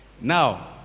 Now